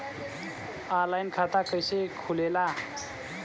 Online खाता कइसे खुलेला?